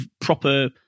proper